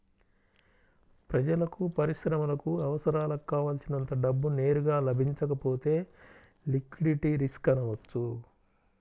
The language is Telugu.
ప్రజలకు, పరిశ్రమలకు అవసరాలకు కావల్సినంత డబ్బు నేరుగా లభించకపోతే లిక్విడిటీ రిస్క్ అనవచ్చు